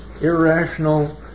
irrational